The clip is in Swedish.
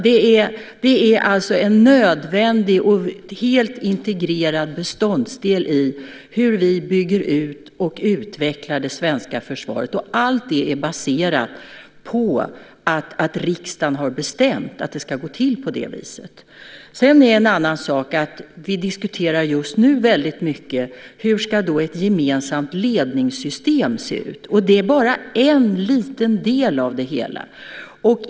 Detta är alltså en nödvändig och helt integrerad beståndsdel i hur vi bygger ut och utvecklar det svenska försvaret. Allt detta är baserat på att riksdagen har bestämt att det ska gå till på det viset. Sedan är det en annan sak att vi just nu diskuterar hur ett gemensamt ledningssystem ska se ut. Det är bara en liten del av det hela.